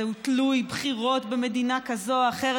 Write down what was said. הוא תלוי בחירות במדינה כזאת או אחרת,